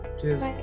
Cheers